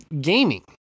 gaming